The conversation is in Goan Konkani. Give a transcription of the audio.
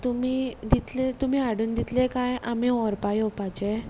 तुमी दितले तुमी हाडून दितले काय आमी व्हरपाक येवपाचें